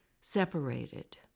separated